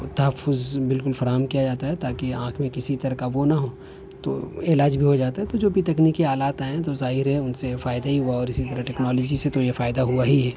تحفظ بالکل فراہم کیا جاتا ہے تاکہ آنکھ میں کسی طرح کا وہ نہ ہو تو علاج بھی ہو جاتا ہے تو جو بھی تکنیکی آلات آئے ہیں تو ظاہر ہے ان سے فائدہ ہی ہوا اور اسی طرح ٹیکنالوجی سے تو یہ فائدہ ہوا ہی ہے